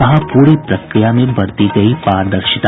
कहा पूरी प्रक्रिया में बरती गयी पारदर्शिता